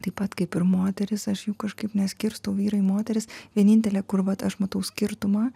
taip pat kaip ir moterys aš jų kažkaip neskirstau vyrai moterys vienintelė kur vat aš matau skirtumą